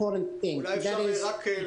שבאופן ספציפי רתקו אותי.